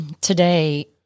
today